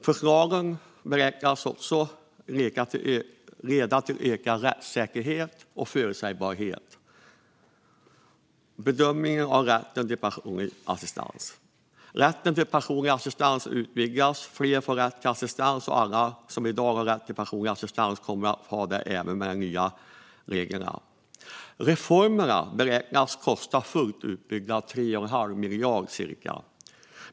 Förslagen förväntas också leda till ökad rättssäkerhet och förutsägbarhet i bedömningen av rätten till personlig assistans. Rätten till personlig assistans utvidgas, fler får rätt till assistans och alla som i dag har rätt till personlig assistans kommer att ha det även med de nya reglerna. Reformerna beräknas fullt utbyggda kosta cirka 3 1⁄2 miljard.